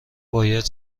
باید